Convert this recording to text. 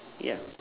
ya